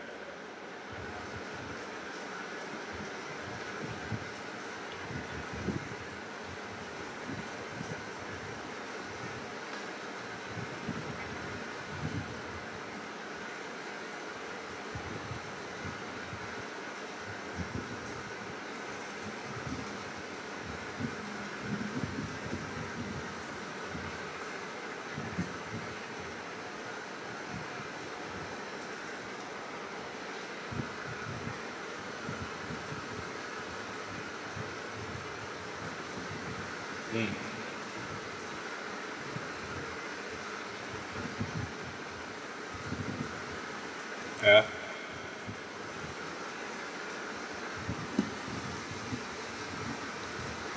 mm ya